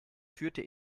führte